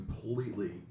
completely